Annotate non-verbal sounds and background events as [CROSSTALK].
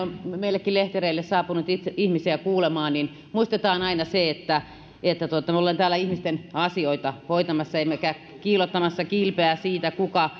meillekin lehtereille on saapunut ihmisiä kuulemaan että muistetaan aina se että että me olemme täällä ihmisten asioita hoitamassa emmekä kiillottamassa kilpeä sillä kuka [UNINTELLIGIBLE]